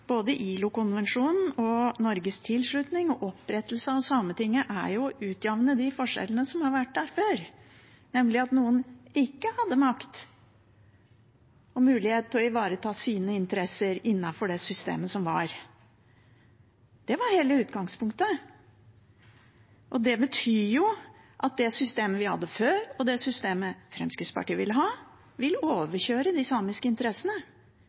både ILO-konvensjonen, Norges tilslutning og opprettelsen av Sametinget er jo å utjevne de forskjellene som har vært der før, nemlig at noen ikke hadde makt og mulighet til å ivareta sine interesser innenfor det systemet som var. Det var hele utgangspunktet. Og det betyr at det systemet vi hadde før, og det systemet Fremskrittspartiet vil ha, ville overkjøre de samiske interessene.